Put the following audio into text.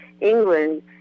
England